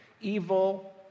Evil